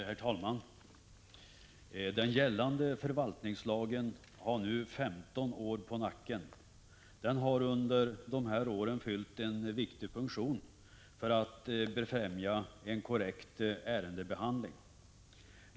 Herr talman! Den gällande förvaltningslagen har nu femton år på nacken. Den har under dessa år fyllt en viktig funktion för att befrämja en korrekt ärendebehandling.